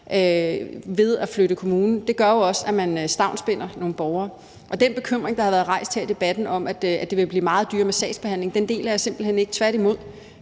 ved at flytte kommune, gør jo også, at man stavnsbinder nogle borgere, og den bekymring, der har været rejst her i debatten om, at sagsbehandlingen kan blive meget dyrere, deler jeg simpelt hen ikke. Tværtimod